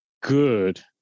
good